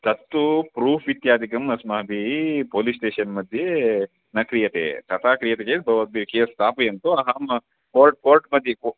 तत्तु प्रूफ़् इत्यादिकम् अस्माभिः पोलिस् स्टेशन्मध्ये न क्रियते तथा क्रियते चेत् भवद्भिः केस् स्थापयन्तु अहं कोर् कोर्ट्मध्ये को